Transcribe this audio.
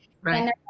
Right